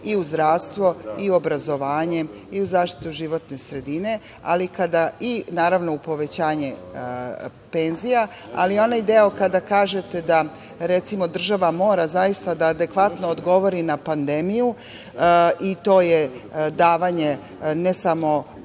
i u zdravstvo i u obrazovanje i u zaštitu životne sredine i u povećanje penzija, ali onaj deo kada kažete da država mora zaista da adekvatno odgovori na pandemiju, i to je davanje ne samo